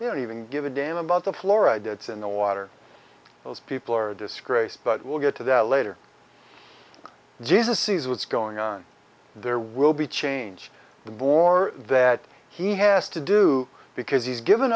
they're even give a damn about the florida it's in the water those people are a disgrace but we'll get to that later jesus sees what's going on there will be change the war that he has to do because he's given